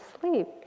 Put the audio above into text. sleep